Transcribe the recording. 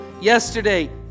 yesterday